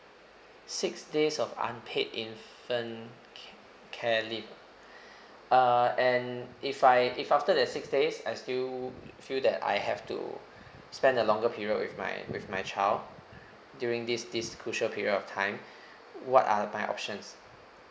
six days of unpaid infant ca~ care leave uh and if I if after that six days I still feel that I have to spend a longer period with my with my child during this this crucial period of time what are my options